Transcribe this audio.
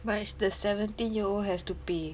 but the seventeen year old has to pay